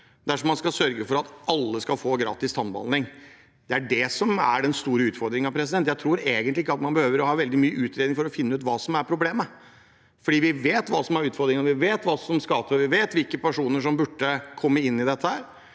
dersom man skal sørge for at alle skal få gratis tannbehandling. Det er den store utfordringen. Jeg tror egentlig ikke at man behøver å ha veldig mye utredning for å finne ut hva som er problemet, for vi vet hva som er utfordringen, vi vet hva som skal til, og vi vet hvilke personer som burde komme inn i dette.